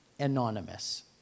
anonymous